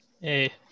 Hey